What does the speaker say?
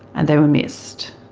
and they were missed.